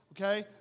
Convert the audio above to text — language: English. okay